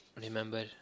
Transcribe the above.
remember